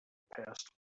past